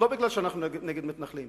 לא כי אנחנו נגד מתנחלים,